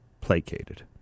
placated